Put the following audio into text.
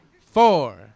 four